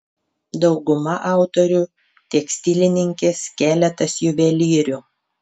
dauguma autorių tekstilininkės keletas juvelyrių